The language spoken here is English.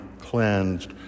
cleansed